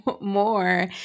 more